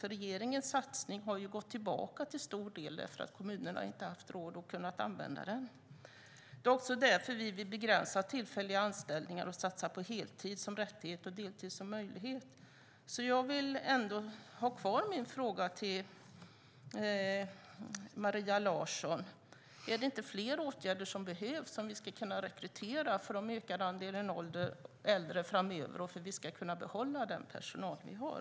Regeringens satsning har ju till stor del gått tillbaka eftersom kommunerna inte har haft råd att använda den. Det är också därför vi vill begränsa tillfälliga anställningar och satsa på heltid som rättighet och deltid som möjlighet. Jag har därför kvar min fråga till Maria Larsson: Är det inte fler åtgärder som behövs om vi ska kunna rekrytera inför den ökade andelen äldre framöver och om vi ska kunna behålla den personal vi har?